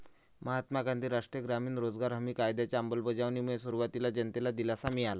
महात्मा गांधी राष्ट्रीय ग्रामीण रोजगार हमी कायद्याच्या अंमलबजावणीमुळे सुरुवातीला जनतेला दिलासा मिळाला